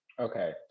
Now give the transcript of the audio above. Okay